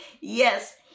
Yes